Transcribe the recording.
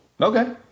okay